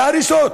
להריסות,